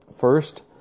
First